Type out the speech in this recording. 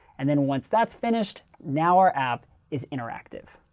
and then once that's finished, now our app is interactive.